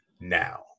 now